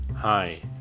Hi